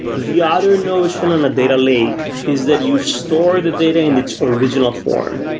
the other notion on a data lake is that you store the data in its original form,